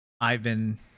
Ivan